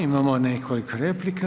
Imamo nekoliko replika.